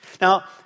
Now